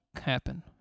happen